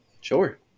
Sure